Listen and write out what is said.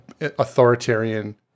authoritarian